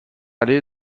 allée